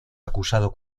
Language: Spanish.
acusado